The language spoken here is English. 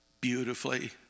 beautifully